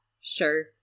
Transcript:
sure